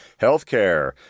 healthcare